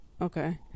okay